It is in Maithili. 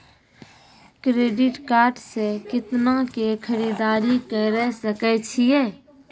क्रेडिट कार्ड से कितना के खरीददारी करे सकय छियै?